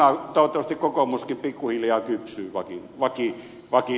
toivottavasti kokoomuskin pikkuhiljaa kypsyy vakiintunut sanalle